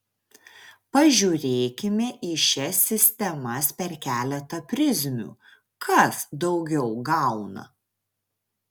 pažiūrėkime į šias sistemas per keletą prizmių kas daugiau gauna